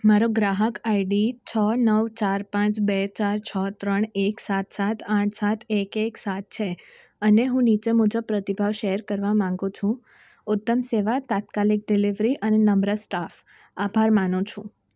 મારો ગ્રાહક આઈડી છ નવ ચાર પાંચ બે ચાર છ ત્રણ એક સાત સાત આઠ સાત એક એક સાત છે અને હું નીચે મુજબ પ્રતિભાવ શેર કરવા માગું છું ઉત્તમ સેવા તાત્કાલિક ડિલિવરી અને નમ્ર સ્ટાફ આભાર માનું છું